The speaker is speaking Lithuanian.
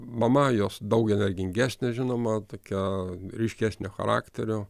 mama jos daug energingesnė žinoma tokia ryškesnio charakterio